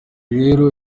rero